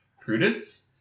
Prudence